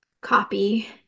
copy